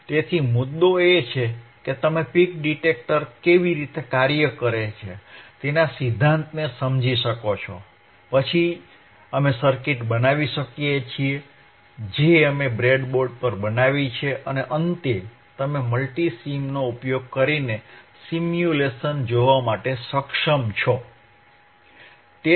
તેથી મુદ્દો એ છે કે તમે પીક ડિટેક્ટર કેવી રીતે કાર્ય કરે છે તેના સિદ્ધાંતને સમજી શકો છો પછી અમે સર્કિટ બનાવી શકીએ છીએ જે અમે બ્રેડબોર્ડ પર બનાવી છે અને અંતે તમે મલ્ટિસિમનો ઉપયોગ કરીને સિમ્યુલેશન જોવા માટે સક્ષમ છો